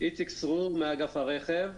אני מאגף הרכב,